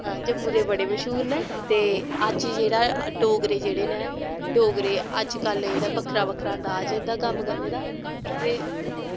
जम्मू दे बड़े मश्हूर न ते अज जेह्ड़ा डोगरे जेह्ड़े नै डोगरे अजकल्ल जेह्ड़ा बक्खरा बक्खरा अंदाज ऐ इंदा कम्म करने दा ते